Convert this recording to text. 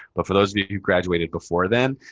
but for those of you who graduated before then,